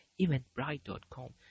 Eventbrite.com